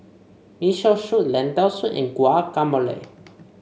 Miso Soup Lentil Soup and Guacamole